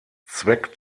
zweck